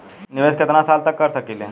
निवेश कितना साल तक कर सकीला?